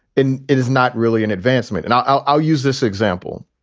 and it is not really an advancement. and i'll i'll use this example.